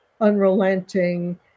unrelenting